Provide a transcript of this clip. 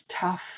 tough